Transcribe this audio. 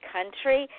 Country